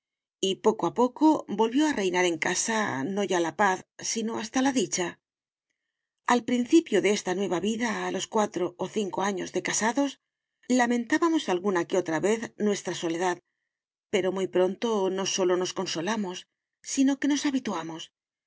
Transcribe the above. y poco a poco volvió a reinar en casa no ya la paz sino hasta la dicha al principio de esta nueva vida a los cuatro o cinco años de casados lamentábamos alguna que otra vez nuestra soledad pero muy pronto no sólo nos consolamos sino que nos habituamos